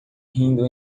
rindo